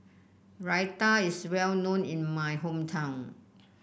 raita is well known in my hometown